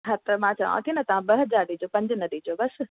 हा त मां चवां थी न तव्हां ॿ हज़ार ॾिजो पंज न ॾिजो बस